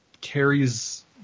carries